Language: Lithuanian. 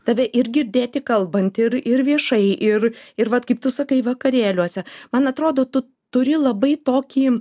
tave ir girdėti kalbant ir ir viešai ir ir vat kaip tu sakai vakarėliuose man atrodo tu turi labai tokį